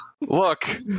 Look